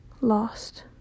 lost